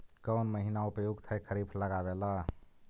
कौन महीना उपयुकत है खरिफ लगावे ला?